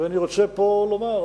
ואני רוצה פה לומר,